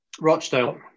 Rochdale